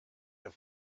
have